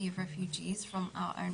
בפליטים מהכיסים שלנו,